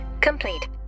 complete